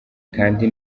kandi